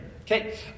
Okay